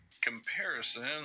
comparison